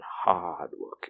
hardworking